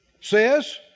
says